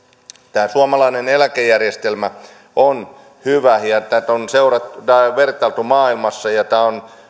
tämä suomalainen eläkejärjestelmä on hyvä ja tätä on vertailtu maailmalla ja tämä on